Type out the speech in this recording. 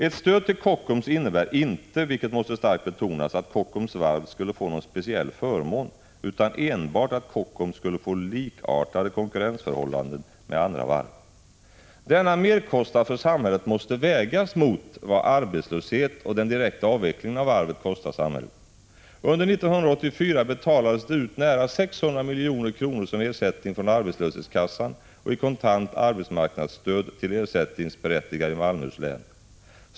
Ett stöd till Kockums innebär inte, vilket måste starkt betonas, att Kockums varv skulle få någon speciell förmån, utan enbart att varvet skulle få likartade konkurrensförhållanden som andra varv. Denna merkostnad för samhället måste vägas mot vad arbetslöshet och den direkta avvecklingen av varvet kostar samhället. Under 1984 betalades det ut nära 600 milj.kr. som ersättning från arbetslöshetskassan och kontant arbetsmarknadsstöd till ersättningsberättigade i Malmöhus län.